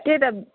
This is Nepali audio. त्यही त